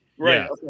Right